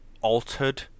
altered